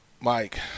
Mike